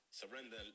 surrender